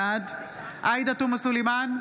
בעד עאידה תומא סלימאן,